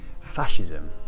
fascism